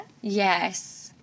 yes